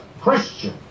Christian